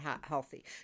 healthy